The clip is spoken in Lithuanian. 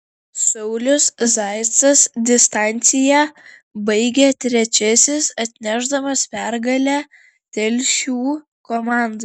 saulius zaicas distanciją baigė trečiasis atnešdamas pergalę telšių komandai